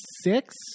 six